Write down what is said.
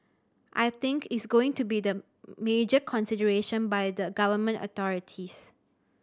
I think is going to be the major consideration by the Government authorities